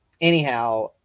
anyhow